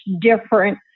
different